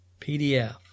PDF